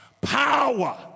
power